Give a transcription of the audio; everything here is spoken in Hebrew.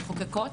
המחוקקות,